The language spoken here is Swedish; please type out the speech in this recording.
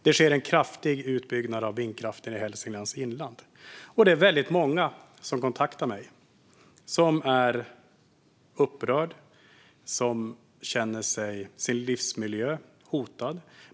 Det sker en kraftig utbyggnad av vindkraften i Hälsinglands inland. Det är väldigt många som kontaktar mig och är upprörda och känner att deras livsmiljö är hotad.